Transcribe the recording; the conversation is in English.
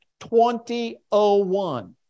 2001